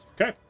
Okay